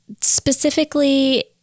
specifically